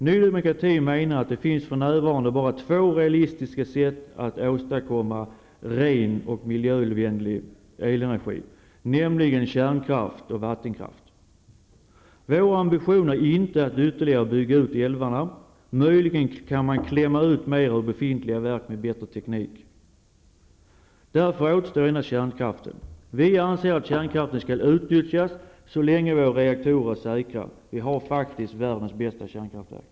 Ny Demokrati menar att det för närvarande bara finns två realistiska sätt att åstadkomma ''ren'' och miljövänlig elenergi, nämligen kärnkraft och vattenkraft. Vår ambition är inte att ytterligare bygga ut älvarna; möjligen kan man klämma ut mera ur befintliga verk med bättre teknik. Därför återstår endast kärnkraften. Vi anser att kärnkraften skall utnyttjas så länge våra reaktorer är säkra. Vi har faktiskt världens bästa kärnkraftverk.